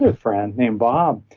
ah friend named bob,